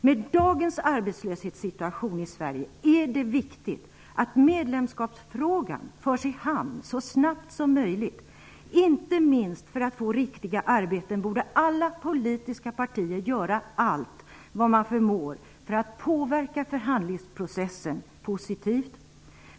Med dagens arbetslöshetssituation i Sverige är det viktigt att medlemskapsfrågan förs i hamn så snabbt som möjligt. Inte minst för få riktiga arbeten borde alla politiska partier göra allt vad man förmår för att påverka förhandlingsprocessen positivt.